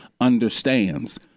understands